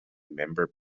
member